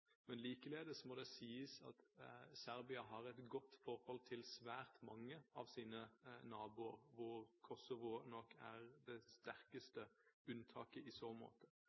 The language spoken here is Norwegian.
må det sies at Serbia har et godt forhold til svært mange av sine naboer, hvor Kosovo nok er det sterkeste unntaket i så måte.